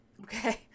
Okay